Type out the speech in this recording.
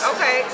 Okay